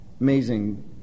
Amazing